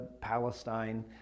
Palestine